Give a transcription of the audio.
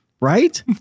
Right